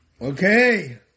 Okay